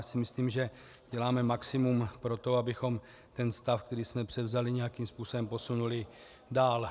Já si myslím, že děláme maximum pro to, abychom ten stav, který jsme převzali, nějakým způsobem posunuli dál.